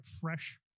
fresh